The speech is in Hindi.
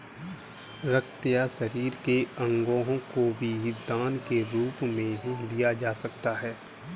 रक्त या शरीर के अंगों को भी दान के रूप में दिया जा सकता है